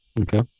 okay